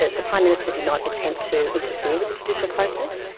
ah the prime minister did not attempt to interfere with the judicial process,